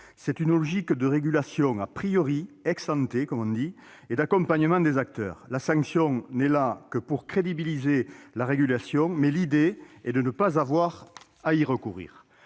promeut une logique de régulation,, et d'accompagnement des acteurs. La sanction n'est là que pour crédibiliser la régulation, mais l'idée est de ne pas avoir à y recourir.